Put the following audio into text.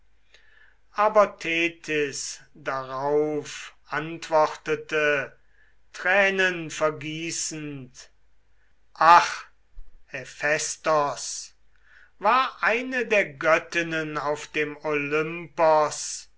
aber thetys darauf antwortete tränen vergießend ach hephästos war eine der göttinnen auf dem